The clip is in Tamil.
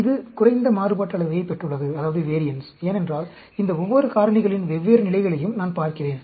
இது குறைந்த மாறுபாட்டு அளவையைப் பெற்றுள்ளது ஏனென்றால் இந்த ஒவ்வொரு காரணிகளின் வெவ்வேறு நிலைகளையும் நான் பார்க்கிறேன்